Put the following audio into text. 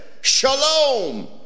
Shalom